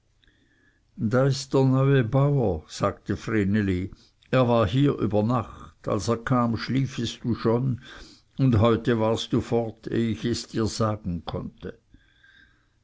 das ist der neue bauer sagte vreneli er war hier über nacht als er kam schliefest schon und heute warst fort ehe ich es dir sagen konnte